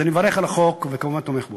אז אני מברך על החוק וכמובן תומך בו.